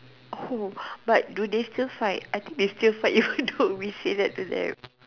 who but do they still fight I think they still fight you all don't be say that to them